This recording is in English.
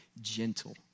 gentle